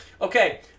Okay